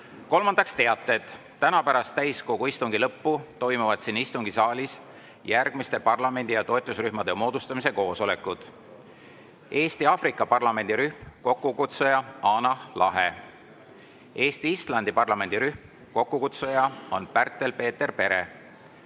Kolmandaks, teated. Täna pärast täiskogu istungi lõppu toimuvad siin istungisaalis järgmiste parlamendi- ja toetusrühmade moodustamise koosolekud: Eesti-Aafrika parlamendirühm, kokkukutsuja Hanah Lahe; Eesti-Islandi parlamendirühm, kokkukutsuja Pärtel-Peeter Pere,